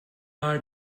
eye